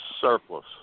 Surplus